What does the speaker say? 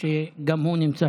ובמקום